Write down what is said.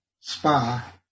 spa